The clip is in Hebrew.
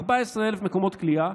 14,000 מקומות כליאה,